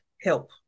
help